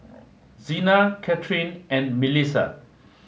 Xena Katharine and Milissa